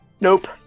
nope